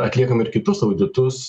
atliekam ir kitus auditus